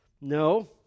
No